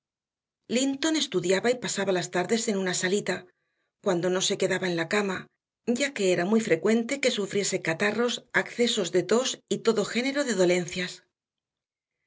él linton estudiaba y pasaba las tardes en una salita cuando no se quedaba en cama ya que era muy frecuente que sufriese catarros accesos de tos y todo género de dolencias